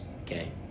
okay